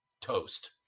toast